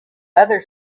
other